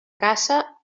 caça